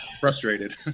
frustrated